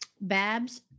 Babs